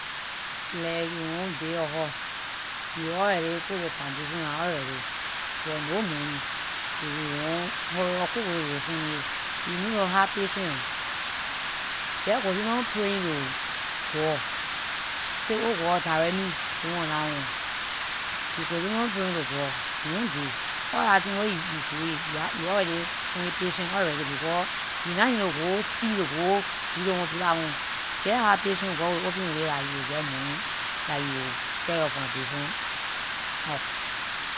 Like you want build yor house, you already put the foundation down already, buh no money. If you want hurry up quick quick to something it, you need to have patience nah. Just continue praying to god, say oh god direct me this one that one. You continue praying to god one day, all dah thing wat you doing, you already something patience already, because you nah need to go steal to go do this one do that one, jeh have patience god will open way dah you will geh money, dah you will carry yor foundation up.